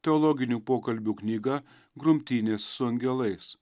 teologinių pokalbių knyga grumtynės su angelais